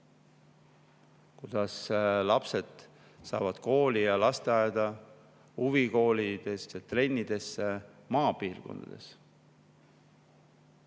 Kuidas lapsed saavad kooli ja lasteaeda, huvikoolidesse ja trennidesse maapiirkondades?